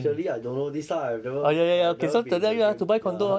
clearly I don't know this lah I've never I've never been in the game ya